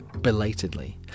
belatedly